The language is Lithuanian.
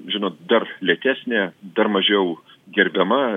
žinot dar lėtesnė dar mažiau gerbiama